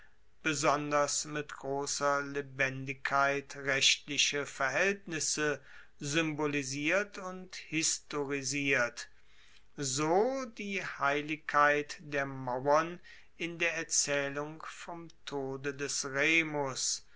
besonders mit grosser lebendigkeit rechtliche verhaeltnisse symbolisiert und historisiert so die heiligkeit der mauern in der erzaehlung vom tode des remus